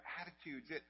attitudes